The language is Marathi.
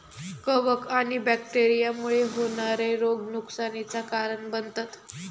कवक आणि बैक्टेरिया मुळे होणारे रोग नुकसानीचा कारण बनतत